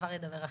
כבר ידבר אחריך.